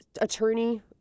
attorney